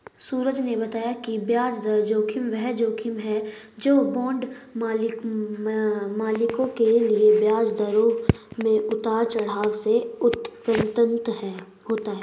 सूरज ने बताया कि ब्याज दर जोखिम वह जोखिम है जो बांड मालिकों के लिए ब्याज दरों में उतार चढ़ाव से उत्पन्न होता है